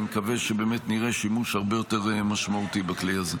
אני מקווה שבאמת נראה שימוש הרבה יותר משמעותי בכלי הזה.